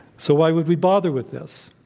so, why would we bother with this?